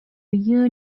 you